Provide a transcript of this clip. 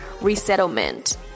resettlement